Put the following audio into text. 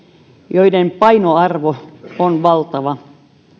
joiden painoarvo on valtava